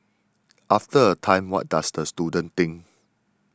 after a time what does the student think